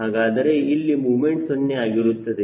ಹಾಗಾದರೆ ಇಲ್ಲಿ ಮೊಮೆಂಟ್ 0 ಆಗಿರುತ್ತದೆ